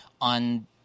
on